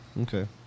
Okay